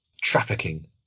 trafficking